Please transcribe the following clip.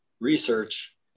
research